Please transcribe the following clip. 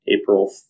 April